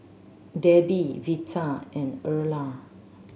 Debbie Veta and Erla